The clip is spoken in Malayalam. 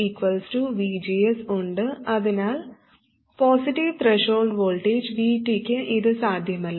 അതിനാൽ പോസിറ്റീവ് ത്രെഷോൾഡ് വോൾട്ടേജ് VT ക്ക് ഇത് സാധ്യമല്ല